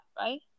right